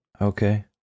Okay